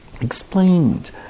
explained